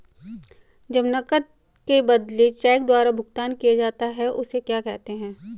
जब नकद के बदले चेक द्वारा भुगतान किया जाता हैं उसे क्या कहते है?